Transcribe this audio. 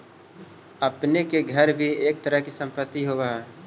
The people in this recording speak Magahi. आपने के घर भी एक तरह के संपत्ति ही हेअ